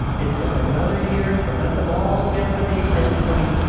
it took another year to let them all get to the end point.